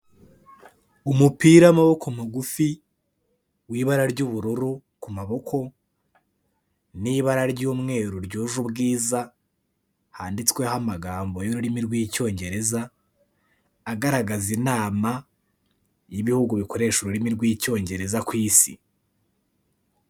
Umupira w'amaboko magufi w'ibara ry'ubururu ku maboko n'ibara ry'umweru ryuje ubwiza handitsweho amagambo y'ururimi rw'icyongereza agaragaza inama y'ibihugu bikoresha ururimi rw'icyongereza ku isi.